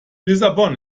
lissabon